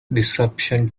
disruption